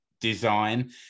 design